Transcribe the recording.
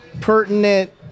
pertinent